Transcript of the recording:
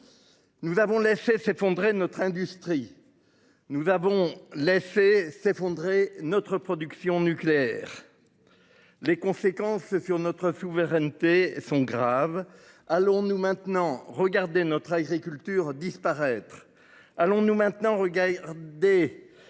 Nous avons laissé s'effondrer de notre industrie. Nous avons laissé s'effondrer notre production nucléaire. Les conséquences sur notre souveraineté sont graves. Allons-nous maintenant regardez notre agriculture disparaître.